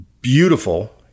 beautiful